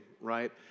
right